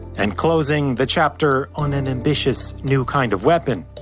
and closing the chapter on an ambitious new kind of weapon,